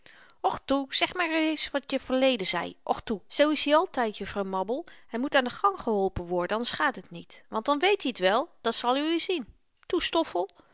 och toe zeg maar reis wat je verleden zei och toe zoo is-i altyd juffrouw mabbel hy moet aan den gang geholpen worden anders gaat t niet maar dan weet i t wel dat zal uwe zien toe stoffel